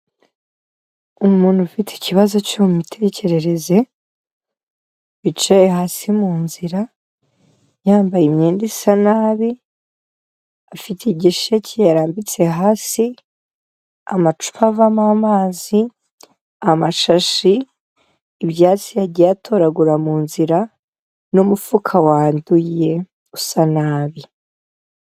Umuntu ufite ikibazo cyo mu mitekerereze, wicaye hasi mu nzira, yambaye imyenda isa nabi, afite igisheke yarambitse hasi, amacupa avamo amazi, amashashi, ibyatsi yagiye atoragura mu nzira n'umufuka wanduye usa nabi.